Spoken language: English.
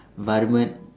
Varman